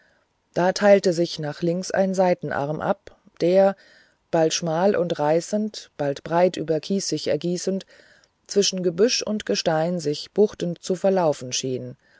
da teilte sich nach links ein seitenarm ab der bald schmal und reißend bald breit über kies sich ergießend zwischen gebüsch und gestein sich buchtend zu verlaufen schien